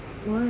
why